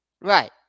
right